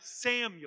Samuel